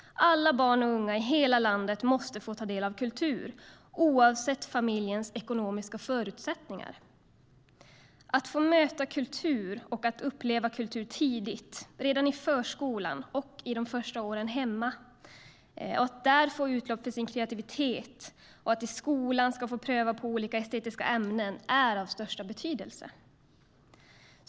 Alla barn och unga i hela landet måste få ta del av kultur, oavsett familjens ekonomiska förutsättningar. Att få möta och uppleva kultur tidigt, att redan i förskolan och de första åren hemma få utlopp för sin kreativitet och att i skolan få pröva på olika estetiska ämnen är av största betydelse.